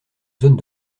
zone